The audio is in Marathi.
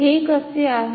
हे कसे आहे